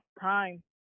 time